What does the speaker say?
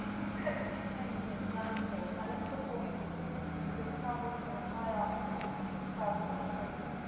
perpetually changing its landscape and its performative history as it traveled from the high arctic to southwest britain.